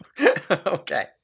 Okay